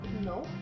No